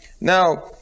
Now